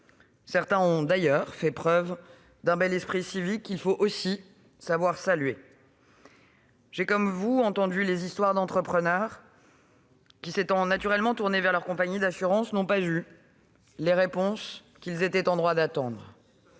Certains ont d'ailleurs fait preuve d'un bel esprit civique qu'il faut aussi savoir saluer. J'ai, comme vous, entendu les histoires d'entrepreneurs qui, s'étant naturellement tournés vers leur compagnie d'assurance, n'ont pas obtenu les réponses qu'ils étaient en droit d'attendre.